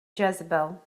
jezebel